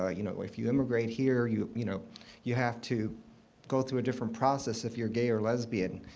ah you know if you immigrate here, you you know you have to go through a different process if you're gay or lesbian.